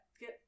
get